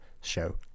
show